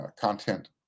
Content